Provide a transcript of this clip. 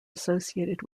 associated